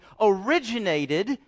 originated